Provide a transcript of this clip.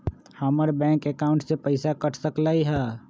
हमर bank account से पैसा कट सकलइ ह?